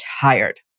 tired